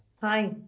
Hi